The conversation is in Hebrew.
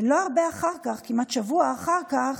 לא הרבה אחר כך, כמעט שבוע אחר כך,